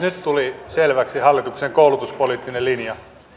nyt tuli selväksi hallituksen koulutuspoliittinen linja